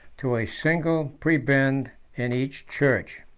to a single prebend in each church.